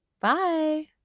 Bye